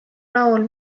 laul